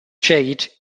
jade